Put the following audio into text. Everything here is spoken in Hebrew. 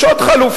יש עוד חלופה,